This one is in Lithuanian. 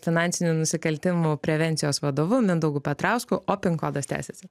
finansinių nusikaltimų prevencijos vadovu mindaugu petrausku o pin kodas tęsiasi